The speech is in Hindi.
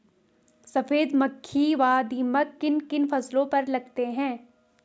सफेद मक्खी व दीमक किन किन फसलों पर लगते हैं?